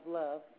love